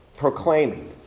proclaiming